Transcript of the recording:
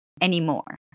anymore